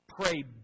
Pray